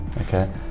okay